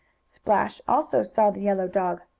splash also saw the yellow dog.